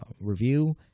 review